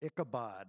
Ichabod